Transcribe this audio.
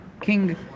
king